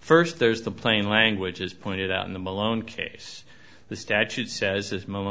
first there's the plain language as pointed out in the malone case the statute says this m